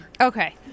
Okay